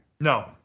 No